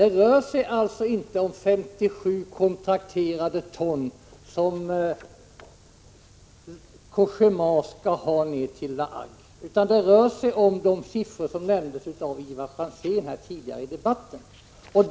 Det rör sig alltså inte om 57 kontrakterade ton använt svenskt kärnbränsle som Cogéma skall ha ned till La Hague, utan det är de siffror som Ivar Franzén tidigare nämnde som gäller.